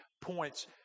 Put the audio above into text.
points